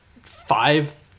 five